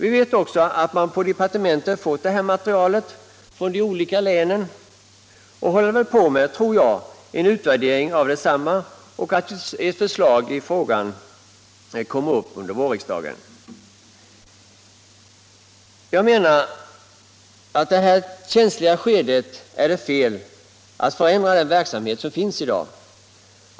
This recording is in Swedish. Vi vet också att man på departementet har fått det här materialet från de olika länen, och jag tror att man där håller på med en utvärdering av detsamma och att förslag skall komma under vårriksdagen. Jag menar att i det här känsliga skedet är det fel att förändra den verksamhet som finns i dag.